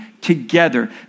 together